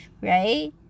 right